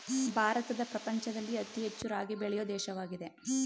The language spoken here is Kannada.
ಭಾರತ ಪ್ರಪಂಚದಲ್ಲಿ ಅತಿ ಹೆಚ್ಚು ರಾಗಿ ಬೆಳೆಯೊ ದೇಶವಾಗಿದೆ